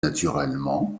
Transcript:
naturellement